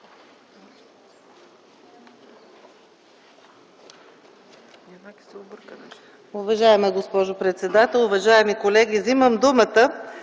Уважаема госпожо председател, уважаеми колеги! Вземам думата,